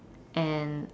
and